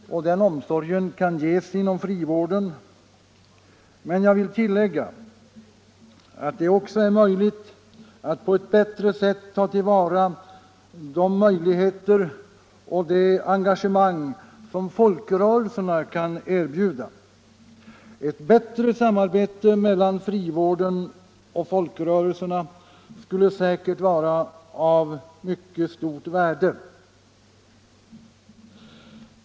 Den omsorgen kan ges inom frivården, men jag vill tillägga att man på ett bättre sätt kan ta till vara de möjligheter och det engagemang som folkrörelserna kan erbjuda. Ett bättre samarbete mellan frivården och folkrörelserna skulle säkert vara av mycket stort värde.